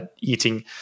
eating